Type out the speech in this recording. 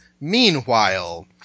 meanwhile